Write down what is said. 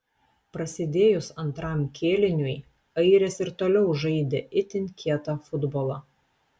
prasidėjus antram kėliniui airės ir toliau žaidė itin kietą futbolą